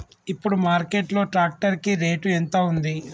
ఇప్పుడు మార్కెట్ లో ట్రాక్టర్ కి రేటు ఎంత ఉంది?